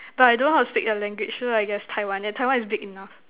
but I don't know how to speak the language so I guess Taiwan yeah Taiwan is big enough